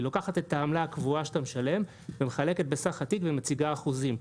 היא לוקחת את העמלה הקבועה שאתה משלם ומחלקת בסך התיק ומציגה אחוזים.